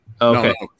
okay